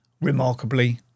remarkably